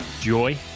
joy